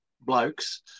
blokes